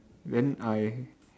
then I